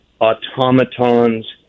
automatons